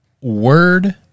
word